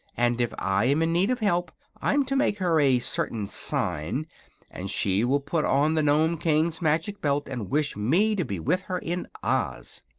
and if i am in need of help i am to make her a certain sign and she will put on the nome king's magic belt and wish me to be with her in oz.